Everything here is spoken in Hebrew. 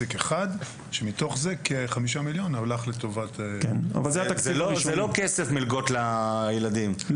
כאשר מתוך זה כחמישה מיליון הלך לטובת --- זה לא כסף מלגות לילדים,